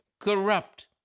corrupt